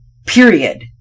Period